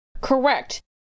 Correct